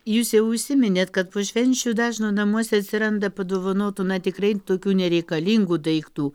jūs jau užsiminėt kad po švenčių dažno namuose atsiranda padovanotų na tikrai tokių nereikalingų daiktų